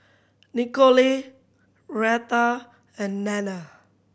Nikole Retha and Nanna